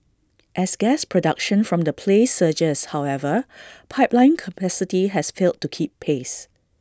as gas production from the play surges however pipeline capacity has failed to keep pace